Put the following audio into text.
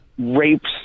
rapes